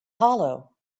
hollow